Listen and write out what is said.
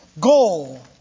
goal